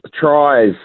tries